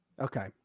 Okay